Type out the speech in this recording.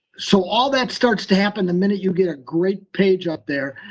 so all that starts to happen the minute you get a great page up there.